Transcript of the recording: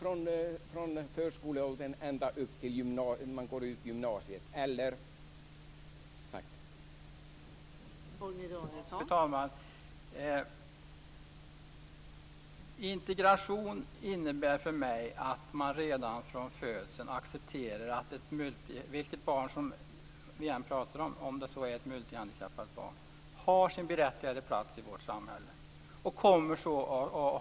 Är det från förskoleåldern och ända upp till dess att man går upp i gymnasiet, eller vad?